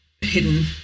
hidden